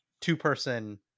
two-person